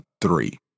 three